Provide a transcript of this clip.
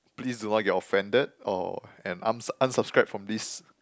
please do not get offended or and un~ unsubscribe from this